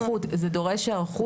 אבל זה דורש היערכות.